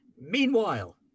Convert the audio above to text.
meanwhile